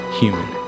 human